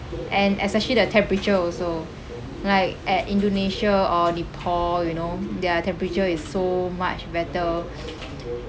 and especially the temperature also like at indonesia or nepal you know their temperature is so much better